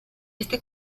este